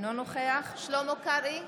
אינו נוכח שלמה קרעי,